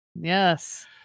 yes